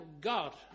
God